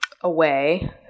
away